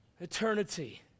eternity